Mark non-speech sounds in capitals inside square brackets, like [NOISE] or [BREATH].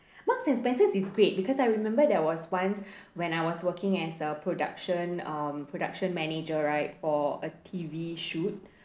Marks & Spencer is great because I remember there was once [BREATH] when I was working as a production um production manager right for a T_V shoot